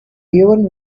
even